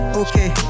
okay